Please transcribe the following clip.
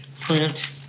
print